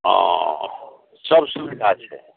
हँ सब सुबिधा छै